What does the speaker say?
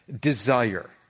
desire